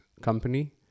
company